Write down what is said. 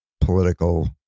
political